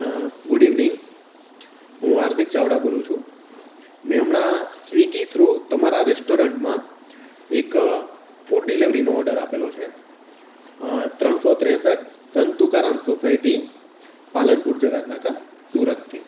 good evening હુ હાર્દિક ચાવડા બોલું છું મેં હમણાં સ્વિગી થ્રુ તમારા રેસ્ટોરન્ટમાં એક ફૂડ ડીલેવરીનો ઓર્ડર આપેલો છે ત્રણસો ત્રેસઠ સંત તુકારામ સોસાયટી પાલનપુર જકાતનાકા સુરતથી